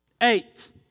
Eight